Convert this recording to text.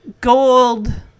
gold